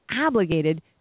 obligated